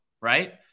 right